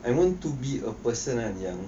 I want to be a person kan yang